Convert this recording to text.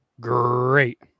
great